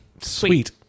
sweet